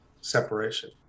separation